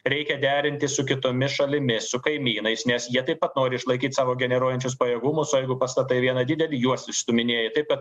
reikia derinti su kitomis šalimis su kaimynais nes jie taip pat nori išlaikyt savo generuojančius pajėgumus o jeigu pastatai vieną didelį juos išstūminėji taip kad